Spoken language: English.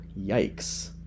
yikes